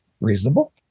reasonable